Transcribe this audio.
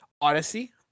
Odyssey